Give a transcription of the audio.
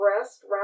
rest